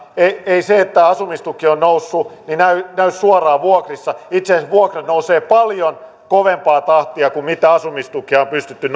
ei se että asumistuki on noussut näy suoraan vuokrissa itse asiassa vuokrat nousevat paljon kovempaa tahtia kuin asumistukea on pystytty